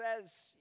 says